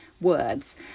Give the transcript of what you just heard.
words